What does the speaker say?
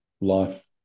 life